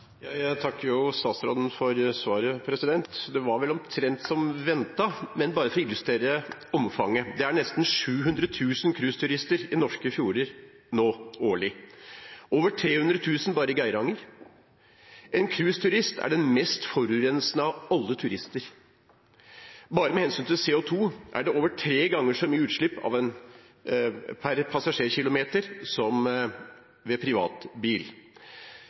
Jeg takker statsråden for svaret. Det var vel omtrent som ventet. Bare for å illustrere omfanget: Det er nå nesten 700 000 cruiseturister i norske fjorder årlig, over 300 000 bare i Geiranger. En cruiseturist er den mest forurensende av alle turister – bare med hensyn til CO 2 er det over tre ganger så mye utslipp per passasjerkilometer som ved